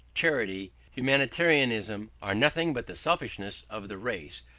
charity, humanitarianism are nothing but the selfishness of the race,